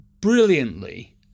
brilliantly